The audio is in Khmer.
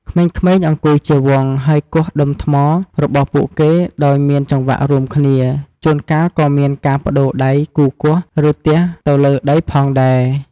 ក្មេងៗអង្គុយជាវង់ ហើយគោះដុំថ្មរបស់ពួកគេដោយមានចង្វាក់រួមគ្នា ជួនកាលក៏មានការប្ដូរដៃគូគោះ ឬទះទៅលើដីផងដែរ។